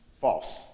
False